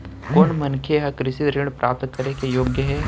कोन मनखे ह कृषि ऋण प्राप्त करे के योग्य हे?